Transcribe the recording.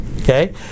Okay